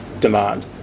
demand